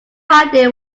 idea